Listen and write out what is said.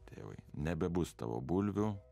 tėvai nebebus tavo bulvių